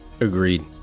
Agreed